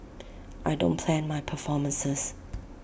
I don't plan my performances